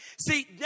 See